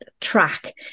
track